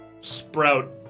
sprout